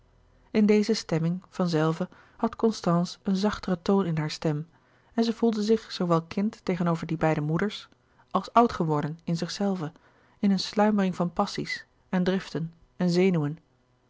in deze stemming van zelve had constance een zachteren toon in hare stem en zij voelde zich zoowel kind tegenover die beide moeders als oud geworden in zichzelve in een sluimering van passies en driften en zenuwen